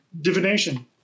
Divination